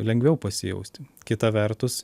lengviau pasijausti kita vertus